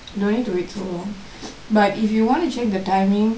no need to wait so longk but if you want to check the timingk